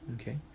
Okay